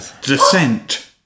Descent